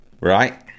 right